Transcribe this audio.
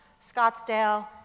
Scottsdale